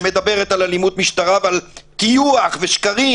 שמדברת על אלימות משטרה ועל טיוח ושקרים,